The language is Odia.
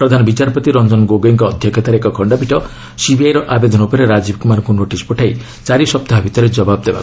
ପ୍ରଧାନ ବିଚାରପତି ରଞ୍ଜନ ଗୋଗୋଇଙ୍କ ଅଧ୍ୟକ୍ଷତାରେ ଏକ ଖଣ୍ଡପୀଠ ସିବିଆଇ ର ଆବେଦନ ଉପରେ ରାଜୀବ କୁମାରଙ୍କୁ ନୋଟିସ୍ ପଠାଇ ଚାରି ସପ୍ତାହ ଭିତରେ ଜବାବ ଦେବାକୁ କହିଛନ୍ତି